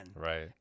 Right